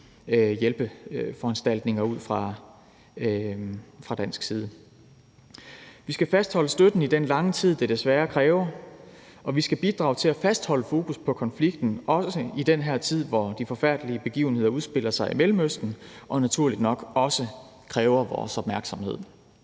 hjælpeforanstaltninger ud fra dansk side. Vi skal fastholde støtten i den lange tid, det desværre kræver, og vi skal bidrage til at fastholde fokus på konflikten, også i den her tid, hvor de forfærdelige begivenheder udspiller sig i Mellemøsten og naturligt nok også kræver vores opmærksomhed.